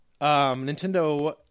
Nintendo